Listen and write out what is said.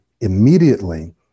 immediately